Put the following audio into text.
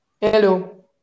hello